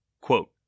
quote